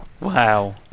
Wow